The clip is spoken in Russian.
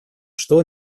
что